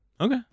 Okay